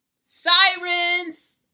sirens